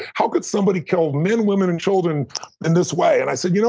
how could somebody kill men, women, and children in this way? and i said, you know,